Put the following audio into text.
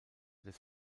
des